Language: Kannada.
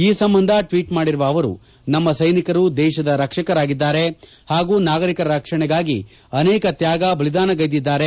ಈ ಸಂಬಂಧ ಟ್ವೀಟ್ ಮಾಡಿರುವ ಅವರು ನಮ್ಮ ಸೈನಿಕರು ದೇಶದ ರಕ್ಷಕರಾಗಿದ್ದಾರೆ ಹಾಗೂ ನಾಗರಿಕರ ರಕ್ಷಣೆಗಾಗಿ ಅನೇಕ ತ್ಯಾಗ ಬಲಿದಾನಗೈದಿದ್ದಾರೆ